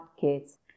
Kids